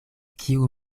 kiu